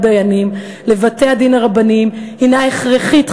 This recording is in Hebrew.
דיינים לבתי-הדין הרבניים הנה הכרחית,